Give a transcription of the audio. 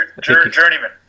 Journeyman